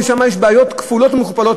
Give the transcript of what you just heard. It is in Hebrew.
ששם מכל מקום הבעיות כפולות ומכופלות.